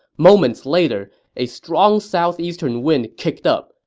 moments later, a strong southeastern wind kicked up.